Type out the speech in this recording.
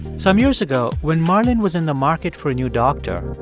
some years ago, when marlon was in the market for a new doctor,